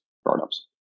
startups